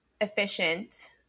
efficient